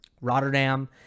Rotterdam